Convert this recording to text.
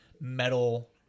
metal